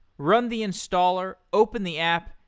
run the installer, open the app,